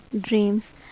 dreams